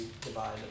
divide